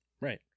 Right